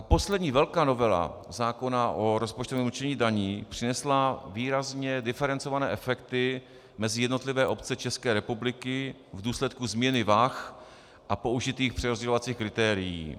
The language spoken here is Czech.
Poslední velká novela zákona o rozpočtovém určení daní přinesla výrazně diferencované efekty mezi jednotlivé obce České republiky v důsledku změny vah a použitých přerozdělovacích kritérií.